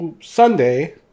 sunday